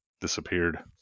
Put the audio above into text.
disappeared